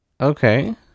Okay